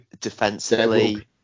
defensively